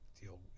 deal